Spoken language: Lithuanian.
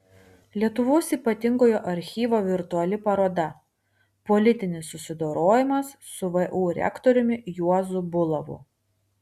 lietuvos ypatingojo archyvo virtuali paroda politinis susidorojimas su vu rektoriumi juozu bulavu